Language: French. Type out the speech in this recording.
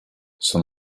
son